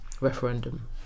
referendum